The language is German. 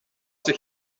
sich